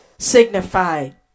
Signified